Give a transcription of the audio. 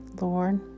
Lord